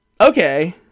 okay